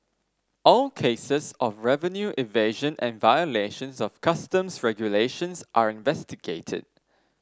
all cases of revenue evasion and violations of customs regulations are investigated